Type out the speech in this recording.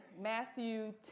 Matthew